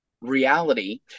reality